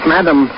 Madam